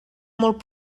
molt